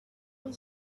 kuri